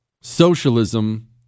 socialism